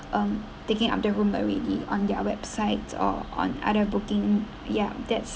um taking up the room already on their website or on other booking yup that's